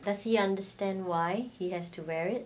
the he understand why he has to wear it